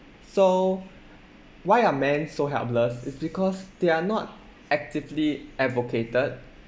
so why are men so helpless is because they are not actively advocated